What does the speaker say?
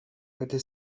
gdy